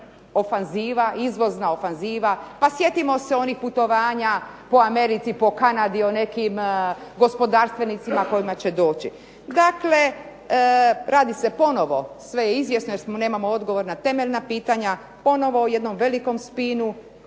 ofanziva, izvozna ofanziva. Pa sjetimo se onih putovanja po Americi, po Kanadi o nekim gospodarstvenicima kojima će doći. Dakle radi se ponovo, sve je izvjesno, nemamo odgovor na temeljna pitanja, ponovo o jednom velikom spinu